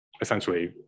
Essentially